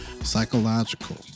psychological